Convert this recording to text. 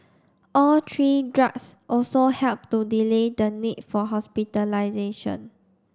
all three drugs also helped to delay the need for hospitalisation